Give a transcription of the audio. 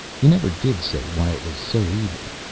he never did say why it was so evil.